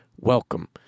welcome